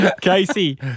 Casey